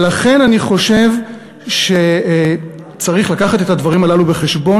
לכן אני חושב שצריך להביא את הדברים הללו בחשבון